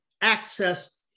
access